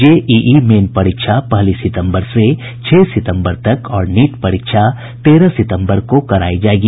JEE Main परीक्षा पहली सितम्बर से छह सितम्बर तक और नीट परीक्षा तेरह सितम्बर को करायी जायेगी